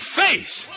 face